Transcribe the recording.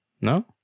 No